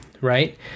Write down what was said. Right